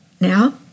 Now